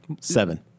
Seven